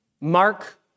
Mark